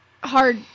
hard